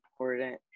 important